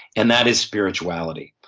and that is spirituality.